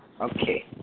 Okay